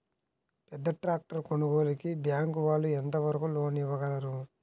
పెద్ద ట్రాక్టర్ కొనుగోలుకి బ్యాంకు వాళ్ళు ఎంత వరకు లోన్ ఇవ్వగలరు?